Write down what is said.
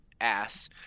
Ass